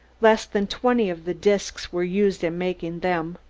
less than twenty of the disks were used in making them.